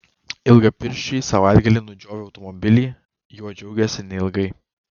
ilgapirščiai savaitgalį nudžiovę automobilį juo džiaugėsi neilgai